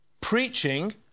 preaching